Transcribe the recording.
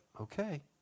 Okay